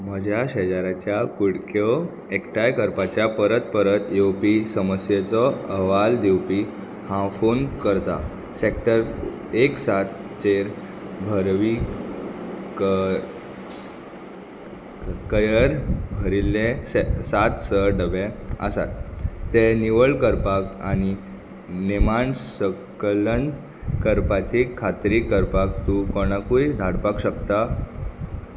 म्हज्या शेजाऱ्याच्या कु़डक्यो एकठांय करपाच्या परत परत येवपी समस्येचो अहवाल दिवपी हांव फोन करतां सेक्टर एक सात चेर हरवीक कयर कयर भरिल्ले सात स डबे आसात ते निवळ करपाक आनी नेमान संकलन करपाची खात्री करपाक तूं कोणाकूय धाडपाक शकता